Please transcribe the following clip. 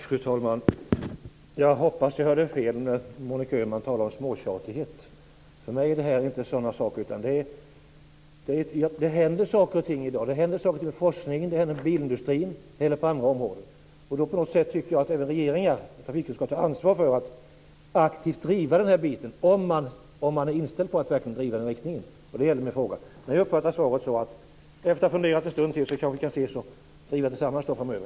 Fru talman! Jag hoppas jag hörde fel när jag tyckte att Monica Öhman talade om småtjatighet. För mig är det inte fråga om något sådant. Det händer i dag saker och ting inom forskningen, inom bilindustrin och på andra områden. Jag tycker att regeringen och trafikutskottet har ett ansvar för att aktivt driva på i detta sammanhang. Min fråga var om man verkligen är inställd på att driva på i den riktningen. Jag har, efter att ha funderat en stund, uppfattat svaret så att vi kan driva dessa frågor tillsammans framöver.